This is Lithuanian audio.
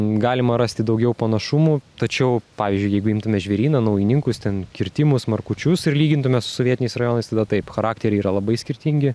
galima rasti daugiau panašumų tačiau pavyzdžiui jeigu imtume žvėryną naujininkus ten kirtimus markučius ir lygintume su sovietiniais rajonais tada taip charakteriai yra labai skirtingi